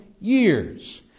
years